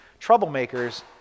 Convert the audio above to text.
troublemakers